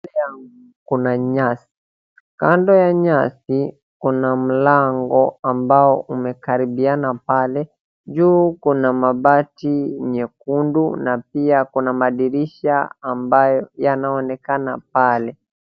Mbele yangu kuna nyasi, kando ya nyasi kuna mlango ambao umekaribiana pale. Juu kuna mabati nyekundu na pia kuna madirisha ambayo yanaonekana pale.